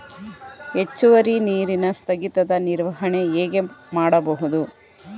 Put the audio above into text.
ಹೆಚ್ಚುವರಿ ನೀರಿನ ಸ್ಥಗಿತದ ನಿರ್ವಹಣೆ ಹೇಗೆ ಮಾಡಬಹುದು?